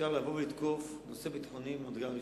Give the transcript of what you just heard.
לבוא ולתקוף נושא ביטחוני ממדרגה ראשונה,